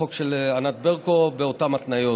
החוק של ענת ברקו, ובאותן התניות.